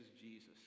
Jesus